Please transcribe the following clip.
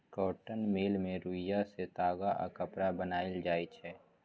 cotton mill मे रुइया सँ ताग आ कपड़ा बनाएल जाइ छै